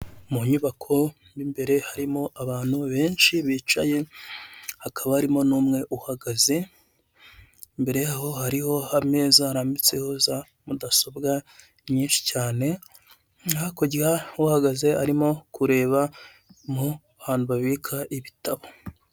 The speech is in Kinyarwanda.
Mu nyubako mo imbere harimo abantu benshi bicaye , hakaba harimo n'umwe uhagaze, imbere yabo hariho ameza hambiratseho za mudasobwa nyinshi cyane, hakurya uhagaze arimo kureba mu ahantu babika ibitabo.